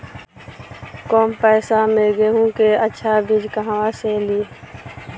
कम पैसा में गेहूं के अच्छा बिज कहवा से ली?